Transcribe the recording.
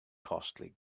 costly